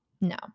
No